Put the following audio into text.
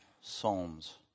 psalms